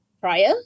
prior